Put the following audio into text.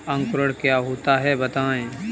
अंकुरण क्या होता है बताएँ?